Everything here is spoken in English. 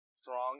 strong